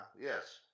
yes